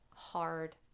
hard